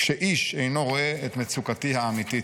כשאיש אינו רואה את מצוקתי האמיתית.